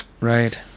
Right